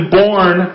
born